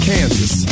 Kansas